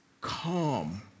calm